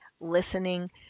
listening